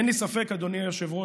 אין לי ספק, אדוני היושב-ראש,